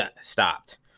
stopped